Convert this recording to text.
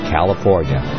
California